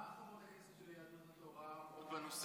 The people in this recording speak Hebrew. מה חברות הכנסת של יהדות התורה אומרות בנושא?